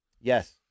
yes